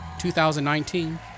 2019